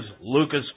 Lucas